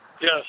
Yes